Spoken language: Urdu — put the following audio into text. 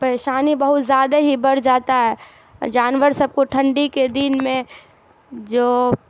پریشانی بہت زیادہ ہی بڑھ جاتا ہے جانور سب کو ٹھنڈی کے دن میں جو